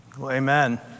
Amen